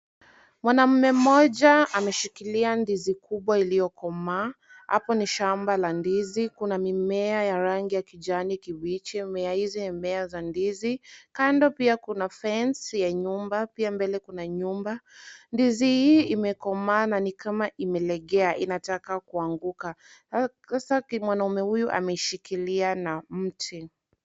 Mwanaume mmoja ameshikilia ndizi kubwa iliyokomaa. Hapo ni shamba la ndizi kuna mimea ya rangi ya kijani kibichi ndizi. Mimea hizi ni mimea za ndizi. Kando pia kuna fence ya nyumba. Pia mbele kuna nyumba. Ndizi hii imekomaa na ni kama imelegea inataka kuanguka. Mwanaume huyu ameshikilia na mche.